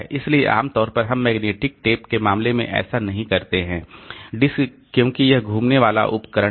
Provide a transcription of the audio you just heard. इसलिए आमतौर पर हम मैग्नेटिक टेप के मामले में ऐसा नहीं करते हैं डिस्क क्योंकि यह एक घूमने वाला उपकरण है